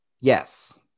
yes